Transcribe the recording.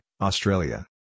Australia